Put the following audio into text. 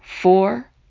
four